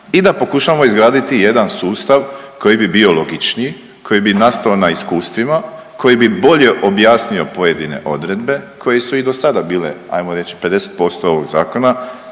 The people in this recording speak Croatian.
i da pokušamo izgraditi jedan sustav koji bi bio logičniji, koji bi nastao na iskustvima, koji bi bolje objasnio pojedine odredbe koje su i do sada bile hajmo reći 50% ovog zakona